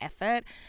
effort